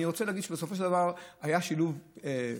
אני רוצה להגיד שבסופו של דבר היה שיתוף פעולה,